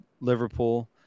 Liverpool